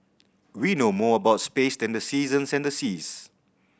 we know more about space than the seasons and the seas